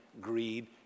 greed